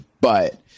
but-